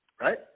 right